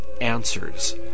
answers